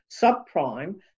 subprime